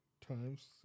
times